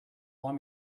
want